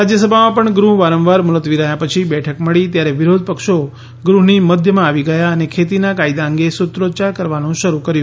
રાજ્યસભામાં પણ ગૃહ વારંવાર મુલતવી રહ્યા પછી બેઠક મળી ત્યારે વિરોધ પક્ષો ગૃહની મધ્યમાં આવી ગયા અને ખેતીના કાયદા અંગે સૂત્રોચ્યાર કરવાનું શરૂ કર્યું